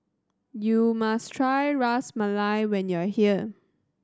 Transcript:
you must try Ras Malai when you are here